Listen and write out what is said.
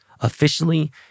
officially